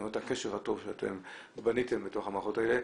אני רואה את הקשר הטוב שאתם בניתם בתוך המערכות האלה,